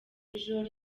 ijoro